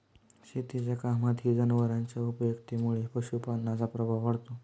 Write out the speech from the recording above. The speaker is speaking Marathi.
शेतीच्या कामातही जनावरांच्या उपयुक्ततेमुळे पशुपालनाचा प्रभाव वाढतो